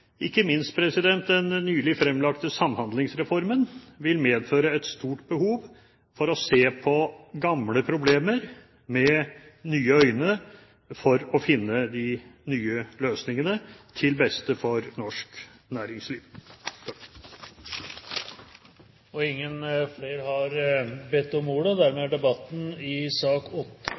ikke minst den nylig fremlagte Samhandlingsreformen vil medføre et stort behov for å se på gamle problemer med nye øyne for å finne de nye løsningene, til beste for norsk næringsliv. Flere har ikke bedt om ordet til sak nr. 8. Etter ønske fra energi- og